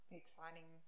exciting